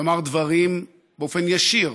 לומר דברים באופן ישיר,